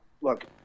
look